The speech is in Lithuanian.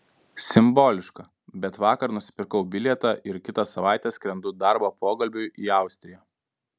simboliška bet vakar nusipirkau bilietą ir kitą savaitę skrendu darbo pokalbiui į austriją